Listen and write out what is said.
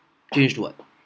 change to what